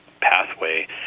pathway